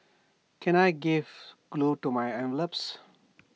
can I give glue to my envelopes